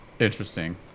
Interesting